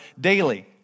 daily